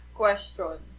question